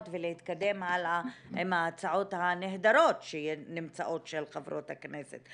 ולהתקדם הלאה עם ההצעות הנהדרות שנמצאות של חברות הכנסת.